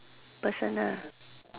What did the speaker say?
personal